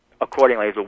accordingly